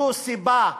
זו סיבה,